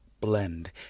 Blend